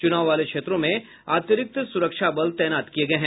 चुनाव वाले क्षेत्रों में अतिरिक्त सुरक्षा बल तैनात किये गये हैं